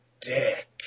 Dick